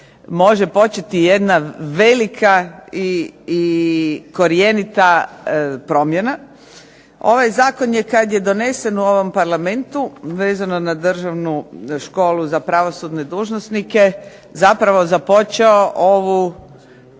može početi jedna velika i korjenita promjena. Ovaj zakon je kada je donesen u ovom Parlamentu vezano na Državnu školu za pravosudne dužnosnike zapravo započeo ovu